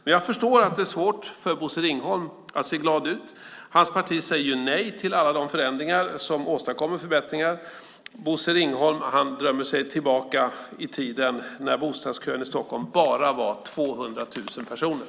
Men jag förstår att det är svårt för Bosse Ringholm att se glad ut. Hans parti säger ju nej till alla de förändringar som åstadkommer förbättringar. Bosse Ringholm drömmer sig tillbaka till tiden när antalet i bostadskön i Stockholm bara var 200 000 personer.